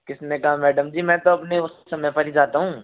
किसने कहा मैडम जी मैं तो अपने उस समय पर नहीं जाता हूँ